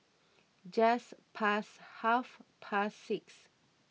just past half past six